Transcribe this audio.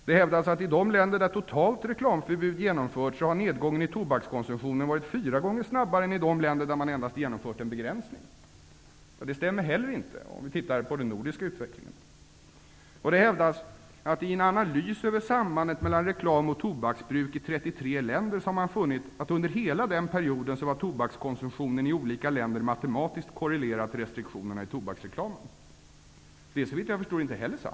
Det hävdas att i de länder där totalt reklamförbud genomförts har nedgången i tobakskonsumtionen varit fyra gånger snabbare än i de länder där man endast genomfört en begränsning. Det stämmer heller inte på t.ex. den nordiska utvecklingen. Det hävdas att i en analys över sambandet mellan reklam och tobaksbruk i 33 länder har man funnit att under hela den perioden var tobakskonsumtionen i olika länder matematiskt korrelerad till restriktionerna i tobaksreklamen. Det är såvitt jag förstår inte heller sant.